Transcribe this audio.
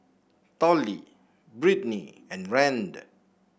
Tollie Brittnie and Rand